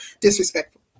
disrespectful